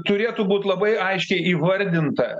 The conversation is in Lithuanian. turėtų būt labai aiškiai įvardinta